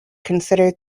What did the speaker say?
considered